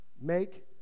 Make